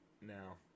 now